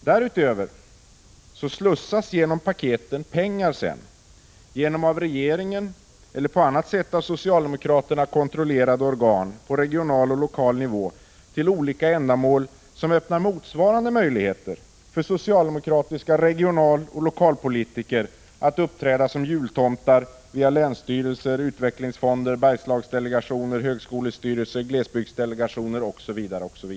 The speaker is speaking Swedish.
Därutöver slussas i och med paketen sedan pengar till olika ändamål genom av regeringen eller på annat sätt av socialdemokraterna kontrollerade organ på regional och lokal nivå, vilket öppnar motsvarande möjligheter för socialdemokratiska regionaloch lokalpolitiker att uppträda som jultomtar via länsstyrelser, utvecklingsfonder, Bergslagsdelegationer, högskolestyrelser, glesbygdsdelegationer, osv.